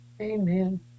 Amen